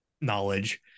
knowledge